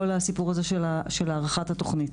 כל הסיפור הזה של הערכת התוכנית.